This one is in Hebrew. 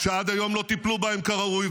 שעד היום לא טיפלו בהם כראוי,